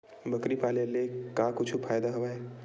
बकरी पाले ले का कुछु फ़ायदा हवय?